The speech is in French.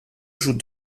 joue